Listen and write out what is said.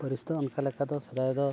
ᱯᱟᱹᱨᱤᱥ ᱫᱚ ᱚᱱᱠᱟ ᱞᱮᱠᱟ ᱫᱚ ᱥᱮᱫᱟᱭ ᱫᱚ